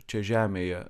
čia žemėje